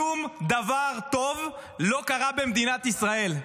שום דבר טוב לא קרה במדינת ישראל.